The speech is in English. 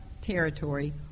territory